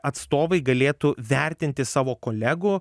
atstovai galėtų vertinti savo kolegų